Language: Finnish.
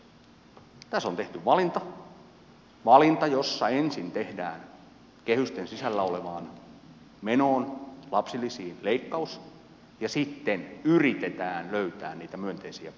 tässä on tehty valinta valinta jossa ensin tehdään kehysten sisällä olevaan menoon lapsilisiin leikkaus ja sitten yritetään löytää niitä myönteisiä puolia